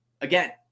again